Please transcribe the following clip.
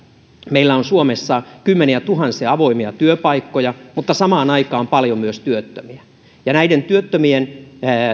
meillä on suomessa kymmeniätuhansia avoimia työpaikkoja mutta samaan aikaan paljon myös työttömiä ja näiden työttömien